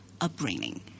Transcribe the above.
upbringing